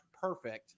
perfect